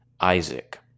Isaac